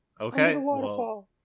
Okay